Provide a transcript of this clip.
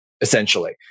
essentially